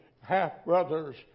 half-brothers